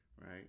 right